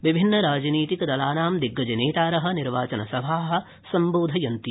विभिन्न राजनीतिकदलानां दिग्गज नेतारः निर्वाचन जनसभाः सम्बोधयन्ति